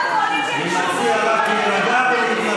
הם כאן בשבילך, בין היתר.